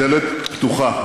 הדלת פתוחה,